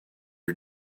are